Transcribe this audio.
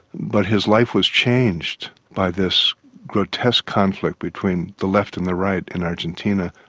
but his life was changed by this grotesque conflict between the left and the right in argentina,